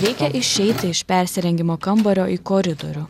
reikia išeiti iš persirengimo kambario į koridorių